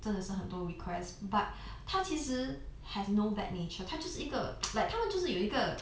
真的是很多 request but 他其实 have no bad nature 他就是一个 like 他们就是有一个